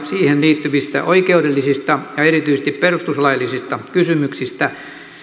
siihen liittyvistä oikeudellisista ja erityisesti perustuslaillisista kysymyksistä